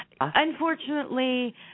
unfortunately